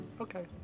Okay